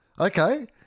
okay